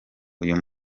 uyu